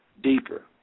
deeper